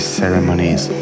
ceremonies